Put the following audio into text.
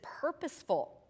purposeful